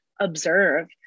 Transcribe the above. observe